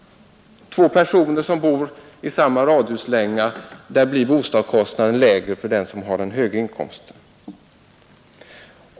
För personer som bor i samma radhuslänga blir bostadskostnaden lägst för den som har högsta inkomsten.